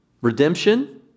Redemption